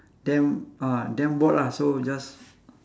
then ah then bored lah so just